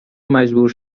مجبور